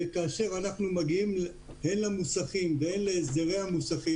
וכאשר אנחנו מגיעים הן למוסכים והן להסדרי המוסכים,